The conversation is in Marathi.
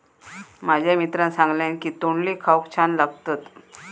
माझ्या मित्रान सांगल्यान की तोंडली खाऊक छान लागतत